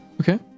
Okay